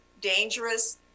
dangerous